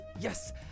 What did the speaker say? Yes